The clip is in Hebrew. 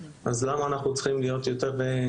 למה אנחנו צריכים להיות יותר?